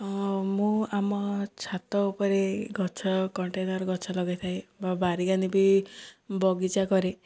ହଁ ମୁଁ ଆମ ଛାତ ଉପରେ ଗଛ କଣ୍ଟେନର୍ ଗଛ ଲଗାଇଥାଏ ବା ବି ବଗିଚା କରେ